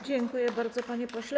Dziękuję bardzo, panie pośle.